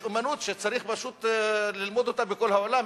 שצריך ללמוד אותה בכל העולם,